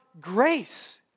grace